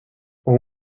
och